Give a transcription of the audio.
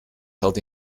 held